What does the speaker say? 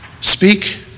speak